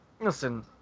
listen